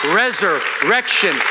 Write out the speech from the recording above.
resurrection